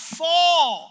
fall